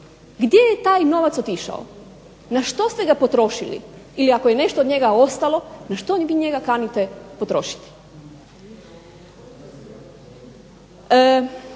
Gdje je taj novac otišao, na što ste ga potrošili ili ako je nešto od čega ostalo, na što vi njega kanite potrošiti.